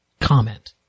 comment